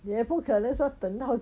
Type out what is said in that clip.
也不可能说等到